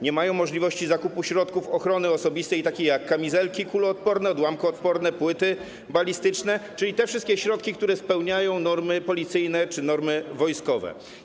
Nie mają możliwości zakupu środków ochrony osobistej, takich jak: kamizelki kuloodporne, odłamkoodporne, płyty balistyczne, czyli te wszystkie środki, które spełniają normy policyjne czy normy wojskowe.